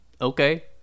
okay